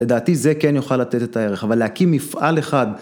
לדעתי זה כן יוכל לתת את הערך, אבל להקים מפעל אחד.